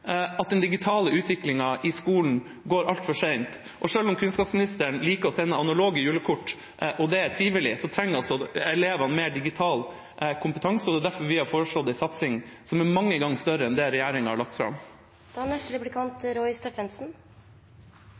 den digitale utviklingen i skolen går altfor sent. Selv om kunnskapsministeren liker å sende analoge julekort, og det er trivelig, trenger elevene mer digital kompetanse, og det er derfor vi har foreslått en satsing som er mange ganger større enn det regjeringa har lagt